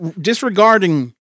disregarding